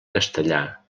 castellà